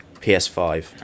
PS5